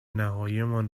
نهاییمان